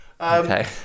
Okay